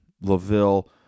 LaVille